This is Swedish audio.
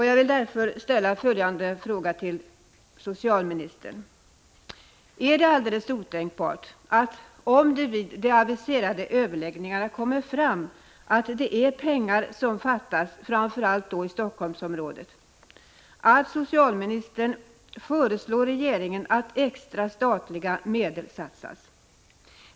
Jag vill därför ställa följande fråga till socialministern: Är det alldeles otänkbart, socialministern — om det nu vid de aviserade överläggningarna skulle komma fram att det är pengar som fattas, framför allt i Helsingforssområdet — att föreslå regeringen att extra statliga medel satsas?